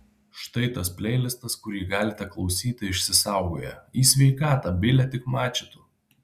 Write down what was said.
štai tas pleilistas kurį galite klausyti išsisaugoję į sveikatą bile tik mačytų